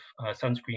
sunscreen